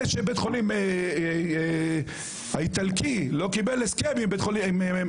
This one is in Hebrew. זה שבית החולים האיטלקי לא קיבל הסכם עם כללית,